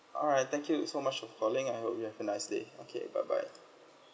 alright thank you so much for calling I hope you have a nice day okay bye bye